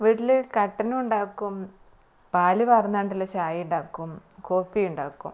വീട്ടിൽ കട്ടൻ ഉണ്ടാക്കും പാൽ പകർന്നു കൊണ്ടുള്ള ചായ ഉണ്ടാക്കും കോഫി ഉണ്ടാക്കും